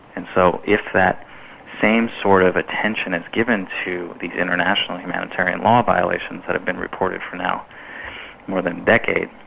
and so if that same sort of attention is given to these international humanitarian law violations that have been reported for now more than a decade,